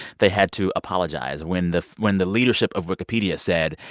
they had to apologize when the when the leadership of wikipedia said,